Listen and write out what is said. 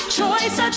choice